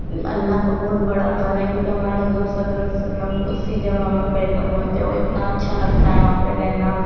اللہ کا بہت بڑا گھر ہے کیونکہ ہمارے حضور صلی اللہ وسلم اسی جگہ میں پیدا ہوئے تھے وہ اتنا اچھا لگتا ہے وہاں پہ رہنا